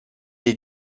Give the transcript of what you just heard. est